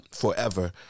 forever